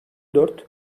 dört